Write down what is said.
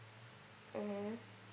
mmhmm